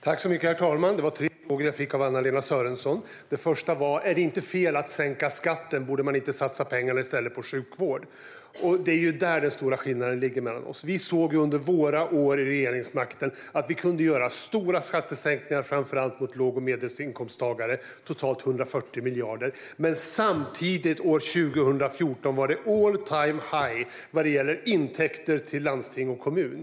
Herr talman! Jag fick tre frågor av Anna-Lena Sörenson. Den första var: Är det inte fel att sänka skatten, och borde man inte i stället satsa pengarna på sjukvård? Det är där den stora skillnaden ligger mellan oss. Vi såg under våra år vid regeringsmakten att vi kunde göra stora skattesänkningar framför allt för låg och medelinkomsttagare på totalt 140 miljarder, och samtidigt var det under 2014 all-time-high vad gäller intäkter till landsting och kommuner.